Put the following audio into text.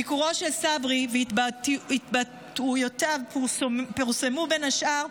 ביקורו של צברי והתבטאויותיו פורסמו, בין השאר,